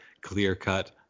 clear-cut